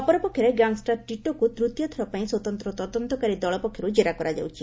ଅପରପକ୍ଷରେ ଗ୍ୟାଙ୍ଗ୍ଷାର ଟିଟୋକୁ ତୃତୀୟଥର ପାଇଁ ଏସ୍ଟିଏଫ୍ ସ୍ୱତନ୍ତ ତଦନ୍ତକାରୀ ଦଳ ପକ୍ଷରୁ ଜେରା କରାଯାଉଛି